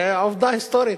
זה עובדה היסטורית,